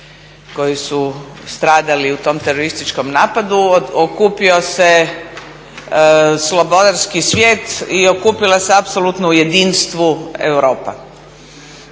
koji su stradali u tom terorističkom napadu. Okupio se slobodarski svijet i okupila se apsolutno u jedinstvu Europa.